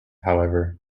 however